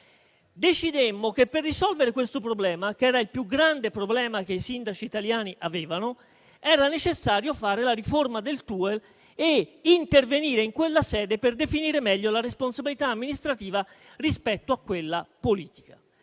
Decidemmo che per risolvere questo problema, che era il più grande che i sindaci italiani avevano, era necessario fare la riforma del Testo unico degli enti locali e intervenire in quella sede per definire meglio la responsabilità amministrativa rispetto a quella politica.